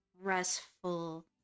restful